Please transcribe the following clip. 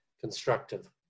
constructive